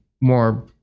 more